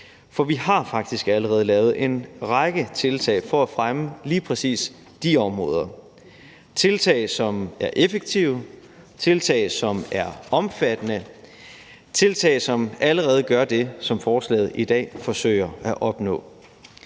for vi har faktisk allerede lavet en række tiltag for at fremme lige præcis de områder – tiltag, som er effektive, tiltag, som er omfattende, tiltag, som allerede gør det, som forslaget i dag forsøger at opnå.